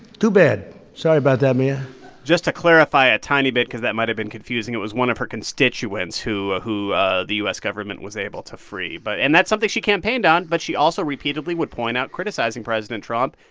too bad. sorry about that, mia just to clarify a tiny bit because that might have been confusing it was one of her constituents who who the u s. government was able to free, but and that's something she campaigned on, but she also repeatedly would point out criticizing president trump.